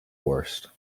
worst